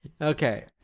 Okay